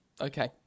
Okay